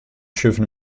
schiffen